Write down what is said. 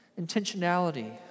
intentionality